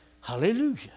Hallelujah